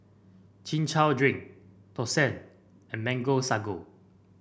Chin Chow Drink Thosai and Mango Sago